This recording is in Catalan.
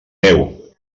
meu